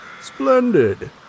Splendid